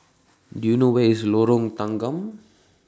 Do YOU know Where IS Lorong Tanggam